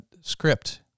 script